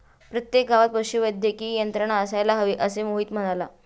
प्रत्येक गावात पशुवैद्यकीय यंत्रणा असायला हवी, असे मोहित म्हणाला